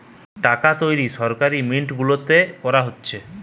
টাকা তৈরী সরকারি মিন্ট গুলাতে করা হতিছে